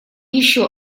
еще